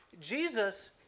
Jesus